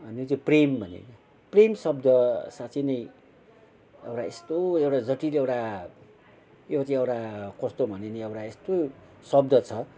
यो चाहिँ प्रेम भन्ने क्या प्रेम शब्द साँच्ची नै एउटा यस्तो एउटा जटिल एउटा यो चाहिँ एउटा कस्तो भने नि एउटा यस्तो शब्द छ